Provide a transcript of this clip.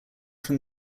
from